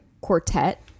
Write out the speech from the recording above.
quartet